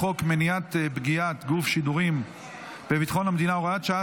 מניעת פגיעת גוף שידורים בביטחון המדינה (הוראת שעה,